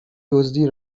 دزدی